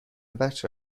بچه